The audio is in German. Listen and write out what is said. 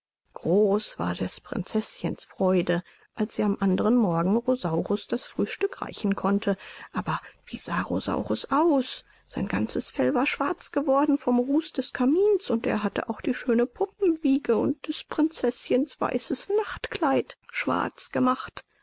groß war des prinzeßchens freude als sie am andern morgen rosaurus das frühstück reichen konnte aber wie sah rosaurus aus sein ganzes fell war schwarz geworden vom ruß des kamins und er hatte auch die schöne puppenwiege und des prinzeßchens weißes nachtkleid schwarz gemacht